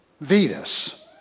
Venus